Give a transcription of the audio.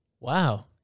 Wow